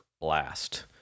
blast